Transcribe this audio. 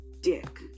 Dick